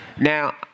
Now